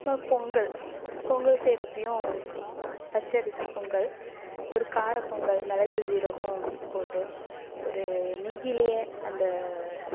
அதுமாரி பொங்கல் பொங்கல் செய்யறப்பையும் பச்சரிசி பொங்கல் ஒரு கார பொங்கல் மிளகு ஜீரகம் போட்டு ஒரு நெய்யிலையே அந்த